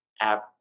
app